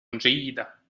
جيدة